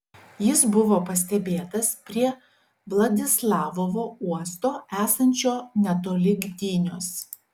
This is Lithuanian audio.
jis buvo pastebėtas prie vladislavovo uosto esančio netoli gdynios